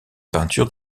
peintures